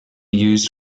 used